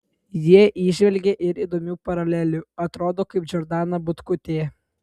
jie įžvelgė ir įdomių paralelių atrodo kaip džordana butkutė